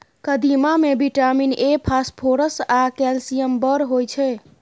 कदीमा मे vitamin A, phosphorus आ कैल्शियम बड़ होइ छै